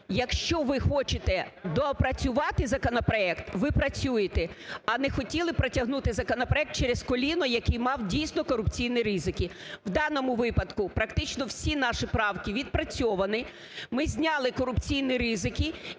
Якщо ви хочете доопрацювати законопроект – ви працюєте, а не хотіли протягнути законопроект через коліно, який мав дійсно корупційні ризики. В даному випадку практично всі наші правки відпрацьовані. Ми зняли корупційні ризики